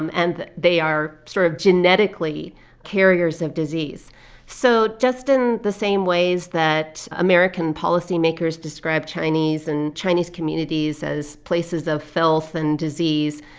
um and they are sort of genetically carriers of disease so just in the same ways that american policymakers described chinese and chinese communities as places of filth and disease,